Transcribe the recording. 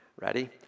ready